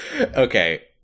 Okay